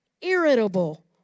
irritable